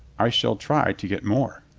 i shall try to get more.